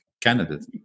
candidate